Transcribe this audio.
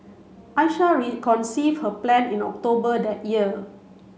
Aisha conceived her plan in October that year